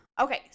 Okay